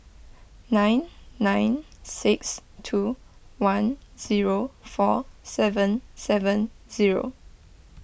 nine nine six two one zero four seven seven zero